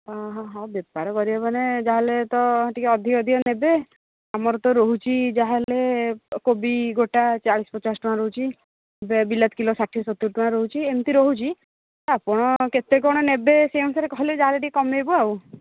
ଓ ହୋ ବେପାର କରିବେ ମାନେ ଯାହାହେଲେ ତ ଟିକେ ଅଧିକ ଅଧିକ ନେବେ ଆମର ତ ରହୁଛି ଯାହା ହେଲେ କୋବି ଗୋଟା ଚାଳିଶ ପଚାଶ ଟଙ୍କା ରହୁଛି ବିଲାତି କିଲୋ ଷାଠିଏ ସତୁରୀ ଟଙ୍କା ରହୁଛି ଏମିତି ରହୁଛି ଆପଣ କେତେ କ'ଣ ନେବେ ସେଇ ଅନୁସାରେ କହିଲେ ଯାହା ହେଲେ ଟିକେ କମେଇବୁ ଆଉ